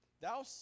Thou